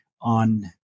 on